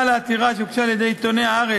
על עתירה שהוגשה על-ידי העיתונים "הארץ",